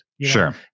Sure